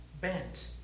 bent